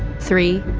three,